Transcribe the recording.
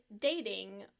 Dating